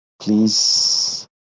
please